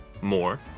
more